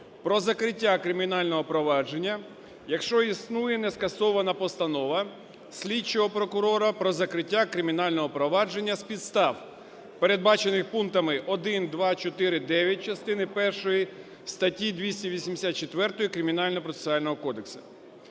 про закриття кримінального провадження, якщо існує не скасована постанова слідчого прокурора про закриття кримінального провадження з підстав, передбачених пунктами 1, 2, 4, 9 частини першої статті 284 Кримінально-процесуального кодексу.